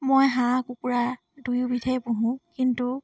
মই হাঁহ কুকুৰা দুই বিধে পুহোঁ কিন্তু